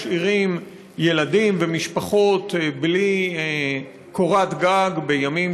השאירו ילדים ומשפחות בלי קורת גג בימים